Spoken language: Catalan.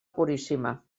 puríssima